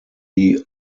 die